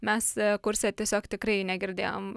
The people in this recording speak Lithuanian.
mes kurse tiesiog tikrai negirdėjom